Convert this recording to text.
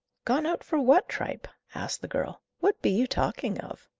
gone out for what tripe? asked the girl. what be you talking of?